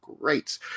great